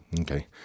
Okay